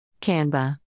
Canva